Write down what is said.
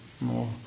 more